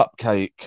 cupcake